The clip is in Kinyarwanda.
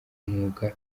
mwuga